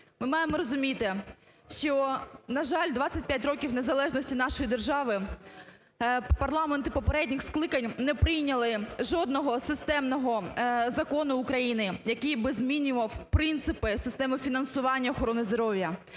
Ми маємо розуміти, що, на жаль, 25 років незалежності нашої держави, парламенти попередніх скликань не прийняли жодного системного закону України, який би змінював принципи системи фінансування охорони здоров'я.